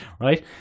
Right